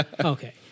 Okay